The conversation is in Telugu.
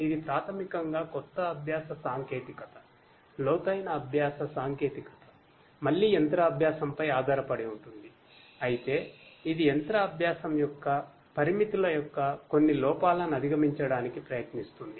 ఇది ప్రాథమికంగా కొత్త అభ్యాస సాంకేతికత లోతైన అభ్యాస సాంకేతికత మళ్ళీ మెషిన్ లెర్నింగ్ యొక్క పరిమితుల యొక్క కొన్ని లోపాలను అధిగమించడానికి ప్రయత్నిస్తుంది